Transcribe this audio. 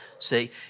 See